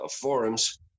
forums